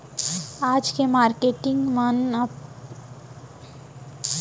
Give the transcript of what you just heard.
आज के मारकेटिंग मन ह अपन कला अउ बिबेक ले अपन संग म कतको माईलोगिन मन ल उठाय के काम करत हावय